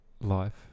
life